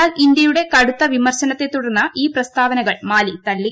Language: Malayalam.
എന്നാൽ ഇന്ത്യയുടെ കടുത്ത വിമർശനത്തെ തുടർന്ന് ഈ പ്രസ്താവനകൾ മാലിതളളി